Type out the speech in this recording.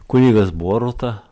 kunigas boruta